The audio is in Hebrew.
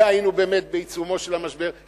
והיינו באמת בעיצומו של המשבר,